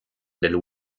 l’aile